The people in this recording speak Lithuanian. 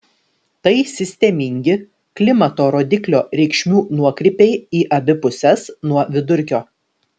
tai sistemingi klimato rodiklio reikšmių nuokrypiai į abi puses nuo vidurkio